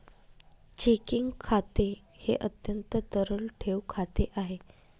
checking खाते हे अत्यंत तरल ठेव खाते आहे